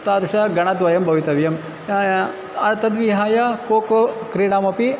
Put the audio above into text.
तादृशं गणद्वयं भवितव्यं तद्विहाय कोको क्रीडापि